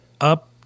up